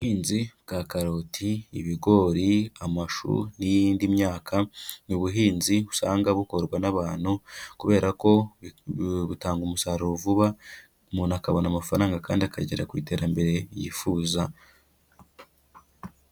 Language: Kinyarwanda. Ubuhinzi bwa karoti, ibigori, amashu n'iyinindi myaka, ni ubuhinzi usanga bukorwa n'abantu, kubera ko butanga umusaruro vuba, umuntu akabona amafaranga kandi akagera ku iterambere yifuza.